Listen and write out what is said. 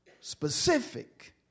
specific